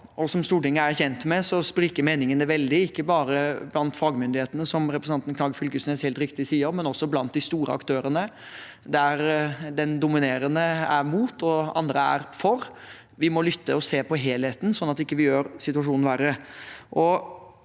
som Stortinget er kjent med, spriker meningene veldig, ikke bare blant fagmyndighetene, som representanten Knag Fylkesnes helt riktig sier, men også blant de store aktørene, der den dominerende er imot og andre er for. Vi må lytte og se på helheten, sånn at vi ikke gjør situasjonen verre.